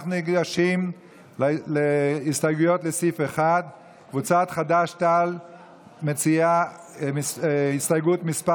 אנחנו ניגשים להסתייגות לסעיף 1. קבוצת חד"ש-תע"ל מציעה את הסתייגות מס'